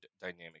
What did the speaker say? dynamic